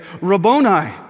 Rabboni